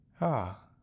Ah